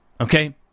okay